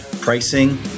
pricing